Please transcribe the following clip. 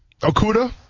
Okuda